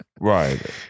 right